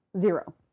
Zero